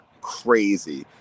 crazy